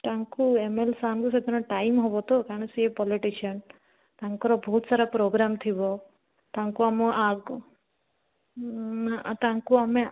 ତାଙ୍କୁ M L A ସାର୍ଙ୍କୁ ସେଦିନ ଟାଇମ୍ ହବ ତ କାରଣ ସେ ପଲିଟିସିଆନ୍ ତାଙ୍କର ବହୁତ ସାରା ପ୍ରୋଗ୍ରାମ୍ ଥିବ ତାଙ୍କୁ ଆମ ଆଗ ତାଙ୍କୁ ଆମେ